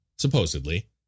Supposedly